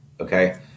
okay